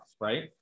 right